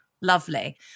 Lovely